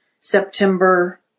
September